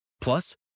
Plus